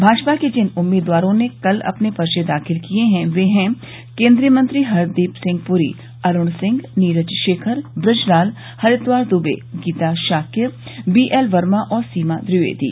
भाजपा के जिन उम्मीदवारों ने कल अपने पर्चे दाखिल किये वे हैं केन्द्रीय मंत्री हरदीप सिंह पुरी अरूण सिंह नीरज शेखर बृजलाल हरिद्वार दूबे गीता शाक्य बीएल वर्मा और सीमा द्विवेदी